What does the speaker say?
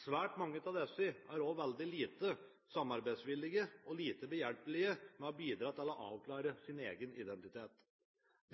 Svært mange av disse er også veldig lite samarbeidsvillige og lite behjelpelige med å bidra til å avklare sin egen identitet.